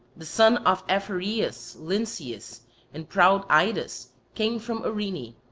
the sons of aphareus, lynceus and proud idas, came from arene,